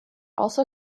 also